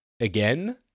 again